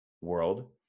world